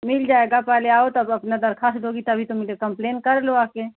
मिल जाएगा पहले आओ तब अपना दरख़्वास्त दोगी तभी तो मिले कंप्लेन कर लो आ कर